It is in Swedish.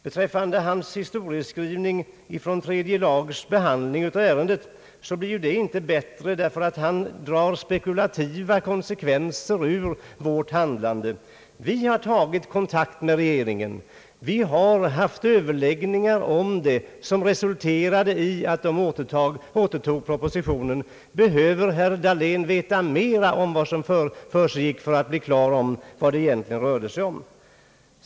Beträffande hans historieskrivning från tredje lagutskottets behandling av ärendet blir saken inte bättre av att han drar spekulativa konsekvenser ur vårt handlande. Vi har tagit kontakt med regeringen. Vi har haft överläggningar som resulterade i att regeringen återtog propositionen. Behöver herr Dahlén veta mera om vad som försiggick för att bli på det klara med vad det egentligen rörde sig om?